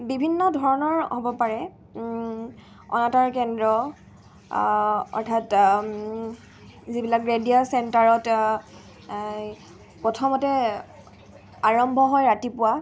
বিভিন্ন ধৰণৰ হ'ব পাৰে অনাটাৰ কেন্দ্ৰ অৰ্থাৎ যিবিলাক ৰেডিঅ' চেণ্টাৰত প্ৰথমতে আৰম্ভ হয় ৰাতিপুৱা